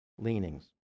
leanings